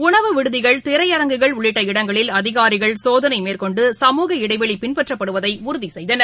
உணவு விடுதிகள் திரையரங்குகள் உள்ளிட்ட இடங்களில் அதிகாரிகள் சோதனைமேற்கொண்டு சமமக இடைவெளிபின்பற்றப்படுவதைஉறுதிசெய்தனர்